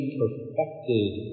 perfected